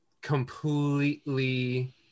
completely